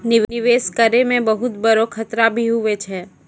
निवेश करै मे बहुत बड़ो खतरा भी हुवै छै